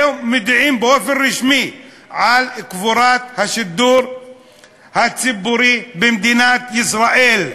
היום מודיעים באופן רשמי על קבורת השידור הציבורי במדינת ישראל.